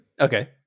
okay